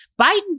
Biden